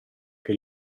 che